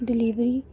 delivery